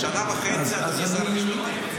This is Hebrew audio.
שנה וחצי, אדוני שר המשפטים.